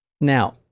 Now